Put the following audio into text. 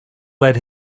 led